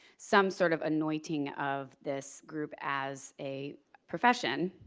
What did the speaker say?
some sort of anointing of this group as a profession